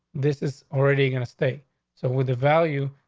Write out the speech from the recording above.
this is already going to stay. so with the value,